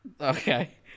Okay